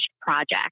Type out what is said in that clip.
project